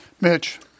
mitch